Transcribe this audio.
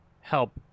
help